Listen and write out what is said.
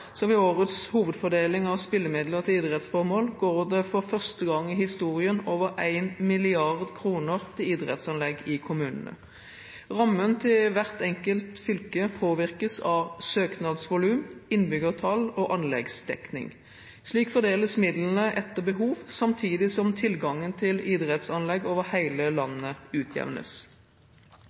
så ved årets hovedfordeling av spillemidler til idrettsformål går det for første gang i historien over 1 mrd. kr til idrettsanlegg i kommunene. Rammen til hvert enkelt fylke påvirkes av søknadsvolum, innbyggertall og anleggsdekning. Slik fordeles midlene etter behov samtidig som tilgangen til idrettsanlegg over hele